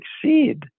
succeed